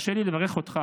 תרשה לי לברך אותך